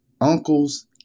uncle's